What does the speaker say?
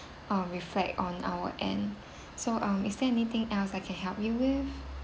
uh reflect on our end so um is there anything else I can help you with